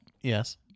Yes